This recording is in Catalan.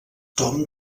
tom